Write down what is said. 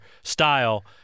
style